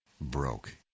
broke